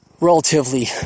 relatively